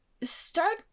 start